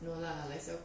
no lah like so